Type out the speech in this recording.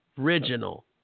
original